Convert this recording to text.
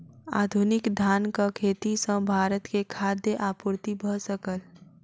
आधुनिक धानक खेती सॅ भारत के खाद्य आपूर्ति भ सकल